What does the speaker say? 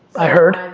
i heard.